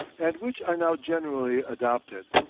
and which are now generally adopted.